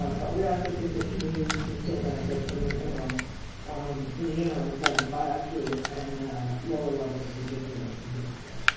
um but we also think that communities can still benefit from the interim um in the interim from biofuel and lower levels of ridiculous in particular.